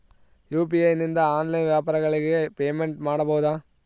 UPI ನಿಂದ online ವ್ಯಾಪಾರಗಳಿಗೆ payment ಮಾಡಬಹುದಾ?